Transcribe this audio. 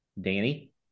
Danny